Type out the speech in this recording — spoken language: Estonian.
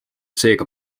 seega